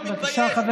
מעשרה.